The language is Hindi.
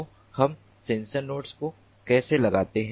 तो हम सेंसर नोड्स को कैसे लगाते हैं